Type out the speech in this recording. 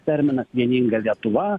terminas vieninga lietuva